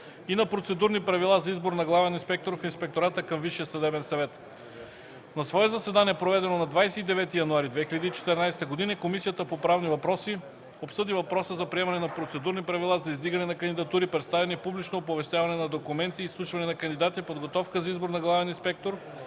и на процедурни правила за избор на главен инспектор в Инспектората към Висшия съдебен съвет На свое заседание, проведено на 29 януари 2014 г., Комисията по правни въпроси обсъди въпроса за приемане на Процедурни правила за издигане на кандидатури, представяне и публично оповестяване на документи, изслушване на кандидати, подготовка за избор на главен инспектор